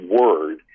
Word